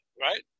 right